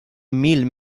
mil